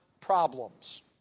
problems